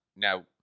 Now